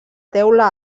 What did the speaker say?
teula